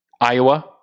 Iowa